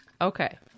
okay